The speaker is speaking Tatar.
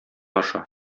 аша